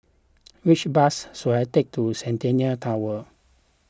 which bus should I take to Centennial Tower